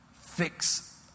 fix